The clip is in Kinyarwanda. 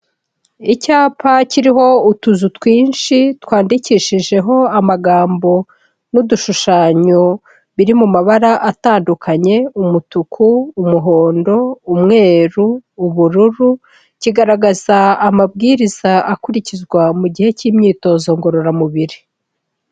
Icyapa kiriho utuzu twinshi twandikishijeho amagambo n'udushushanyo biri mu mabara atandukanye: umutuku, umuhondo, umweru, ubururu, kigaragaza amabwiriza akurikizwa mu gihe cy'imyitozo ngororamubiri.